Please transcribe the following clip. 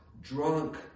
drunk